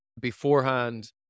beforehand